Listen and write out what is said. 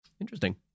Interesting